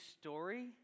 story